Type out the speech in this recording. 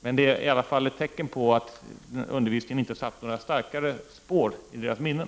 detta är i alla fall ett tecken på att undervisningen inte har lämnat några starkare spår i deras minne.